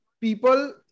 people